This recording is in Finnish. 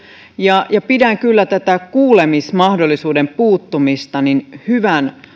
ja ja pidän kyllä tätä kuulemismahdollisuuden puuttumista hyvän